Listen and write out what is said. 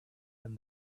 and